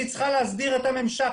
היא צריכה להסדיר את הממשק.